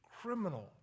criminal